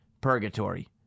Purgatory